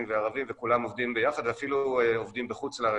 וערבים וכולם עובדים ביחד ואפילו עובדים בחו"ל,